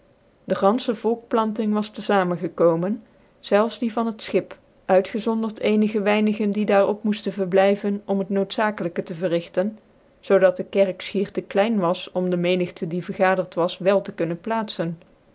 de ganfehc volkplanting was tc fac gekomen zelfs die van het schip uitgezonden cenige weinige die daar op moeften verblijven om het noodzakelykc te verrigten zoo dat de kerk fchier te klein was om de menigte die vergadert was wel te kunnen plaatzen